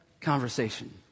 conversation